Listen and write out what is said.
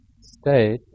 state